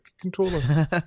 controller